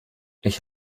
ich